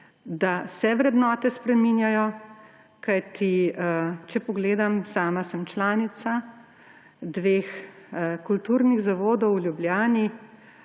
da se vrednote spreminjajo, kajti sama sem članica dveh kulturnih zavodov v Ljubljani